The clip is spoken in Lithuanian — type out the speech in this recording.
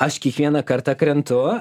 aš kiekvieną kartą krentu